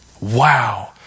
Wow